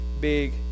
big